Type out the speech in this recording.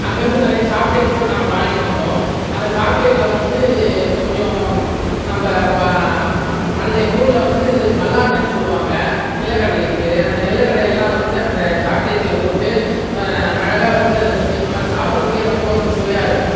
அங்கே இருந்த நிறைய சாக்லேட் கூட நாங்கள் வாங்கிட்டு வந்தோம் அந்த சாக்லேட்டில் வந்து கொஞ்சம் நம்ப ப மல் எங்கள் ஊரில் வந்து மல்லாட்டன்னு சொல்லுவாங்கள் நிலக்கடலைக்கு பேர் அந்த நிலக்கடை எல்லாம் வந்து அந்த சாக்லேட்டில் போட்டு அழகாக வந்து அதை செஞ்சுருப்பாங்க அதை சாப்பிட்றதுக்கே ரொம்ப வந்து சுவையாக இருக்கும்